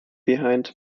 behind